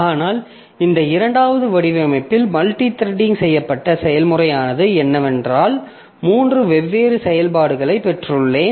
ஆனால் இந்த இரண்டாவது வடிவமைப்பில் மல்டித்ரெட் செய்யப்பட்ட செயல்முறையானது என்னவென்றால் மூன்று வெவ்வேறு செயல்பாடுகளை பெற்றுள்ளேன்